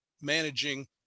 managing